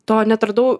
to neatradau